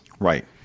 Right